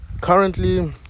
currently